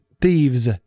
thieves